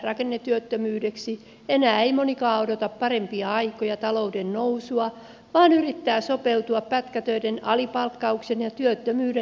enää ei monikaan odota parempia aikoja ja talouden nousua vaan yrittää sopeutua pätkätöiden alipalkkauksen ja työttömyyden jatkuvaan kierteeseen